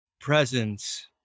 presence